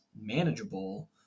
manageable